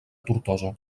tortosa